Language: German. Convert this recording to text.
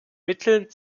mitteln